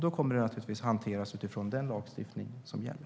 Då kommer det naturligtvis att hanteras utifrån den lagstiftning som gäller.